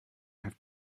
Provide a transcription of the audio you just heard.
have